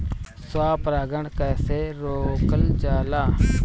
स्व परागण कइसे रोकल जाला?